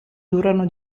durano